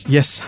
Yes